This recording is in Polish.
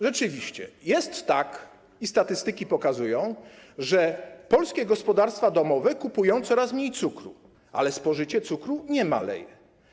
Rzeczywiście jest tak - i statystyki pokazują - że polskie gospodarstwa domowe kupują coraz mniej cukru, ale spożycie cukru nie maleje.